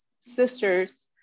sisters